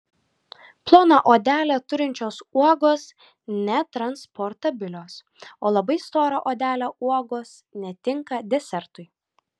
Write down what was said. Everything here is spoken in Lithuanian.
ploną odelę turinčios uogos netransportabilios o labai stora odele uogos netinka desertui